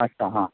हाडटा हा